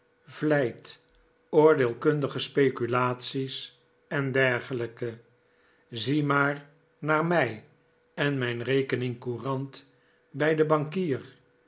vlijt oordeelkundige speculates en dergelijke zie maar naar mij en mijn rekening-courant bij den bankier